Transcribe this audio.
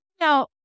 Now